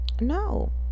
no